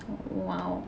!wow!